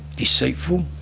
deceitful